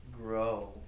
grow